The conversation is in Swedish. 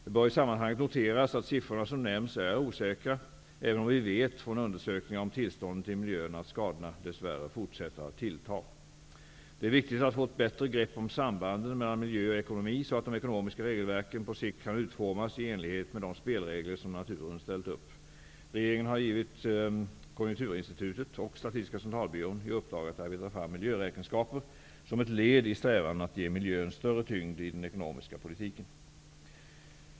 Det bör i sammanhanget noteras, att siffrorna som nämns är osäkra, även om vi vet från undersökningar om tillståndet i miljön att skadorna -- dess värre -- fortsätter att tillta. Det är viktigt att få ett bättre grepp om sambanden mellan miljö och ekonomi, så att de ekonomiska regelverken på sikt kan utformas i enlighet med de spelregler som naturen ställt upp. Regeringen har givit Konjunkturinstitutet och Statistiska centralbyrån i uppdrag att arbeta fram miljöräkenskaper, som ett led i strävan att ge miljön större tyngd i den ekonomiska politiken.